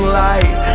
light